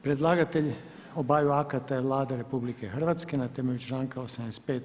Predlagatelj obaju akata je Vlada RH, na temelju članka 85.